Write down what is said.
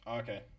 okay